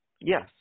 Yes